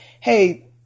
hey